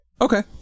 Okay